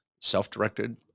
Self-Directed